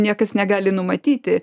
niekas negali numatyti